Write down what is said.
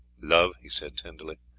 love, he said tenderly,